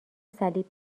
صلیب